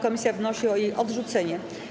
Komisja wnosi o jej odrzucenie.